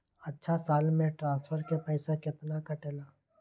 अछा साल मे ट्रांसफर के पैसा केतना कटेला?